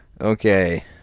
Okay